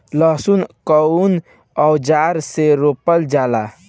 लहसुन कउन औजार से रोपल जाला?